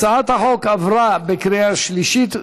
הצעת החוק עברה בקריאה שלישית,